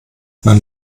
mein